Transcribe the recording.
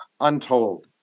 untold